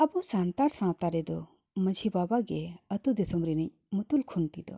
ᱟᱵᱚ ᱥᱟᱱᱛᱟᱲ ᱥᱟᱶᱛᱟ ᱨᱮᱫᱚ ᱢᱟᱺᱡᱷᱤ ᱵᱟᱵᱟ ᱜᱮ ᱟᱛᱳ ᱫᱤᱥᱚᱢ ᱨᱤᱱᱤᱡ ᱢᱩᱛᱞ ᱠᱷᱩᱱᱴᱤ ᱫᱚ